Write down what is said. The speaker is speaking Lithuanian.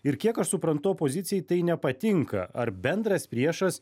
ir kiek aš suprantu opozicijai tai nepatinka ar bendras priešas